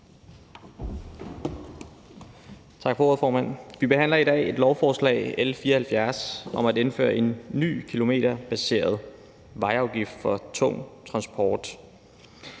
Tak for ordet, formand. Vi behandler i dag et lovforslag, L 74, om at indføre en ny kilometerbaseret vejafgift for tung transport.